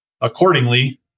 accordingly